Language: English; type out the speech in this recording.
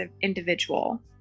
individual